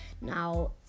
Now